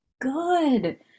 good